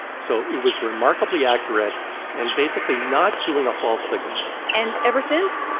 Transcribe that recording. so it was remarkably accurate and basically not doing a false signal and ever since,